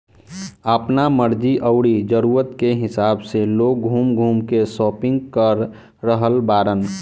आपना मर्जी अउरी जरुरत के हिसाब से लोग घूम घूम के शापिंग कर रहल बाड़न